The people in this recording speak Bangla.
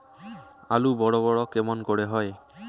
আলু বড় বড় কেমন করে হয়?